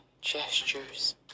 gestures